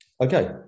Okay